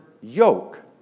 yoke